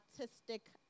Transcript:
artistic